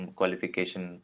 qualification